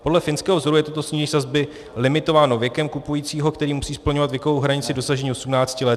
Podle finského vzoru je toto snížení sazby limitováno věkem kupujícího, který musí splňovat věkovou hranici dosažení 18 let.